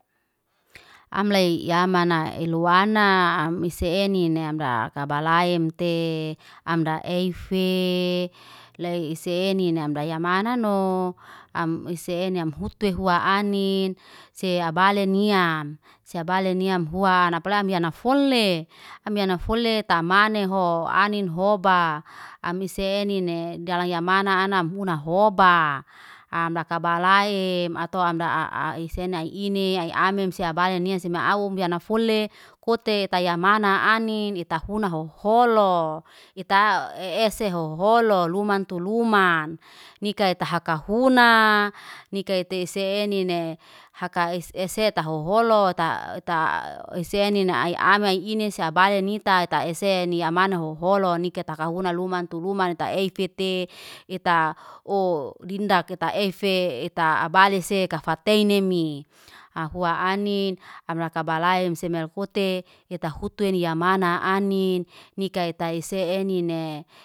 Amlay yamana eluana, am misienine. Am laka kabalaimte, amda eife. Lei ese enine amda yamanano, am misienin hutuwe hua anin, sey abaleniam. Sey abaleniam huam, apali am hian amfole. Amfole tamanaho, anin hoba, am misienine dalangyamana anamuna hoba. Am lakabalaim atau am aisene ai ine, ai ame sea abale nias sima aum yanafole kote tayamana anin ita huna hoholo. Ita ese hoholo. Luman tu luman. Nikai tahaka funa, nikai tesenine haka ese tahoholo taa ise nene ay amai inay sabaya nita ta esen ni amano hoho nika taeseni amaho holo nika taka huna luma tu luman ta eifite, eta ow dindak ta eife ta abali se kafataimenemi. Afwa ane amrakabalaim semen fute, afwa ani amrakabalai semelfote heta futu e ya mana anin nika eta ese enine.